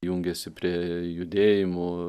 jungiasi prie judėjimų